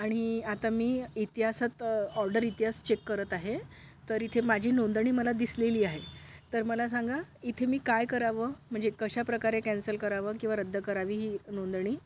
आणि आता मी इतिहासात ऑर्डर इतिहास चेक करत आहे तर इथे माझी नोंदणी मला दिसलेली आहे तर मला सांगा इथे मी काय करावं म्हणजे कशाप्रकारे कॅन्सल करावं किंवा रद्द करावी ही नोंदणी